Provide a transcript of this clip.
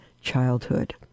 childhood